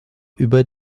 über